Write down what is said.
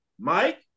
Mike